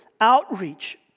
outreach